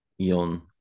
Eon